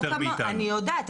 אני יודעת,